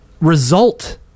result